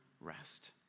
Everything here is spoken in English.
rest